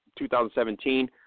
2017